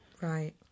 Right